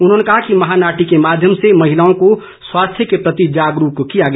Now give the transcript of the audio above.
उन्होंने कहा कि महानाटी के माध्यम से महिलाओं को स्वास्थ्य के प्रति जागरूक किया गया